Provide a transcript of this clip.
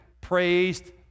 praised